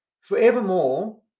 Forevermore